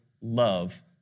love